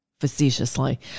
facetiously